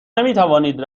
نمیتوانید